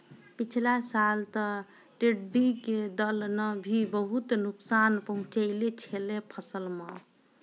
पिछला साल तॅ टिड्ढी के दल नॅ भी बहुत नुकसान पहुँचैने छेलै फसल मॅ